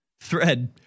thread